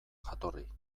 jatorri